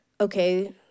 Okay